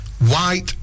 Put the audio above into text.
white